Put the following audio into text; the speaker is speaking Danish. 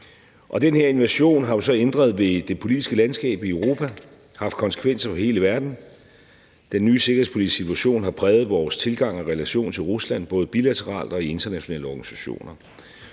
Den her invasion har jo så ændret ved det politiske landskab i Europa, haft konsekvenser for hele verden. Den nye sikkerhedspolitiske situation har præget vores tilgang og relation til Rusland både bilateralt og i internationale organisationer.